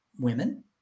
Women